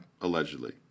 Allegedly